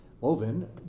woven